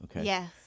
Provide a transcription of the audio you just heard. Yes